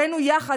עלינו יחד,